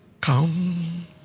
Come